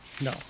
No